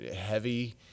heavy